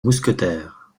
mousquetaire